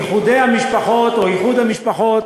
איחודי המשפחות או איחוד המשפחות